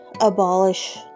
Abolish